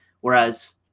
whereas